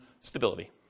stability